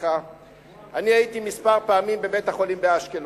אני הייתי כמה פעמים בבית-החולים באשקלון.